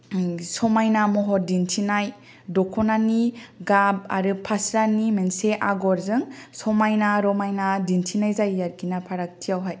समायना महर दिन्थिनाय दख'नानि गाब आरो फास्रानि मोनसे आग'रजों समायना रमायना दिन्थिनाय जायो आरखिना फारागथि आवहाय